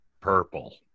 purple